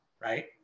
Right